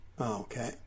Okay